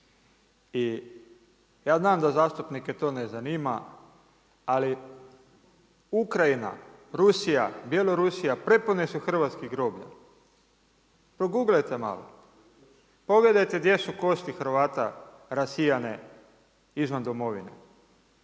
I ja znam da zastupnike to ne zanima ali Ukrajina, Rusija, Bjelorusija, prepune su hrvatskih groblja, proguglajte malo, pogledajte gdje su kosti Hrvata rasijane izvan domovine.